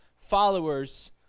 followers